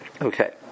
Okay